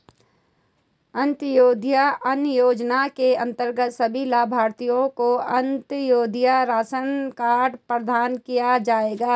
अंत्योदय अन्न योजना के अंतर्गत सभी लाभार्थियों को अंत्योदय राशन कार्ड प्रदान किया जाएगा